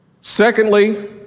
Secondly